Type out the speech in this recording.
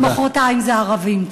ומחרתיים זה הערבים.